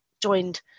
joined